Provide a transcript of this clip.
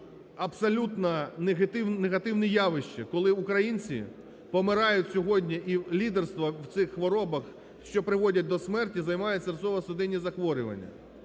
абсолютно негативне явище, коли українці помирають сьогодні, і лідерство в цих хворобах, що призводять до смерті, займають серцево-судинні захворювання.